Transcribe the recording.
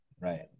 right